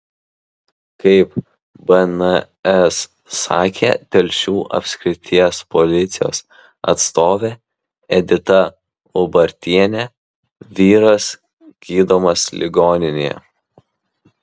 kaip bns sakė telšių apskrities policijos atstovė edita ubartienė vyras gydomas ligoninėje